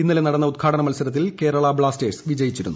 ഇന്നലെ നടന്ന ഉദ്ഘാടന മത്സരത്തിൽ കേരളാ ബ്ലാസ്റ്റേഴ്സ് വിജയിച്ചിരുന്നു